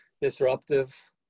disruptive